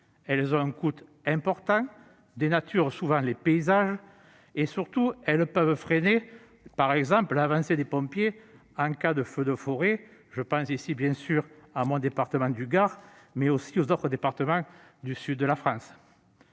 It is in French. Elles ont un coût important, dénaturent souvent les paysages et, surtout, peuvent freiner l'avancée des pompiers en cas de feu de forêt. Je pense ici bien sûr à mon département du Gard, mais aussi aux autres départements du sud de la France.